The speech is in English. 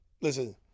Listen